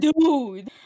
dude